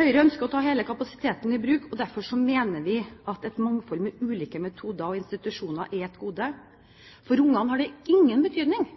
Høyre ønsker å ta hele kapasiteten i bruk. Derfor mener vi at et mangfold, med ulike metoder og institusjoner, er et gode. For barna har det ingen betydning